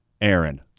Aaron